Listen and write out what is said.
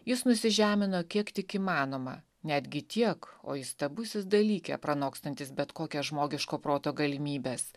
jis nusižemino kiek tik įmanoma netgi tiek o įstabusis dalyke pranokstantis bet kokias žmogiško proto galimybes